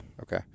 Okay